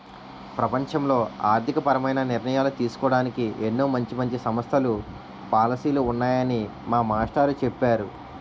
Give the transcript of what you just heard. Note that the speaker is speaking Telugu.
ప్రపంచంలో ఆర్థికపరమైన నిర్ణయాలు తీసుకోడానికి ఎన్నో మంచి మంచి సంస్థలు, పాలసీలు ఉన్నాయని మా మాస్టారు చెప్పేరు